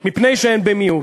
מפני שהן במיעוט.